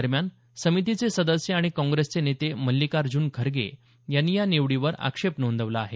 दरम्यान समितीचे सदस्य आणि काँग्रेसचे नेते मल्लिकार्ज्न खर्गे यांनी या निवडीवर आक्षेप नोंदवला आहे